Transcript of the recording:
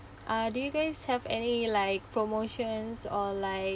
uh do you guys have any like promotions or like